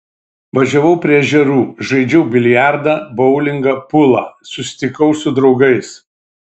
važiavau prie ežerų žaidžiau biliardą boulingą pulą susitikau su draugais